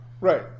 Right